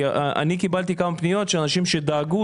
כי אני קיבלתי כמה פניות של אנשים שדאגו